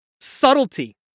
Subtlety